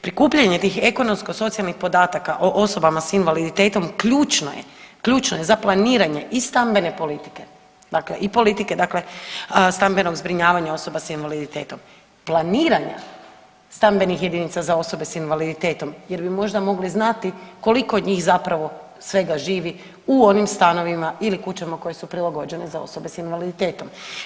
Prikupljanje tih ekonomsko-socijalnih podataka o osoba s invaliditetom ključno je, ključno je za planiranje i stambene politike, dakle i politike dakle stambenog zbrinjavanja osoba s invaliditetom, planiranja stambenih jedinica za osobe s invaliditetom jer bi možda mogli znati koliko od njih zapravo svega živi u onim stanovima ili kućama koje su prilagođene za osobe s invaliditetom.